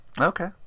Okay